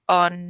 on